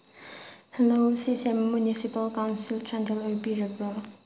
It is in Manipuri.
ꯍꯜꯂꯣ ꯁꯤꯁꯦ ꯃꯨꯅꯤꯁꯤꯄꯥꯜ ꯀꯥꯎꯟꯁꯤꯜ ꯆꯥꯟꯗꯦꯜ ꯑꯣꯏꯕꯤꯔꯕ꯭ꯔꯣ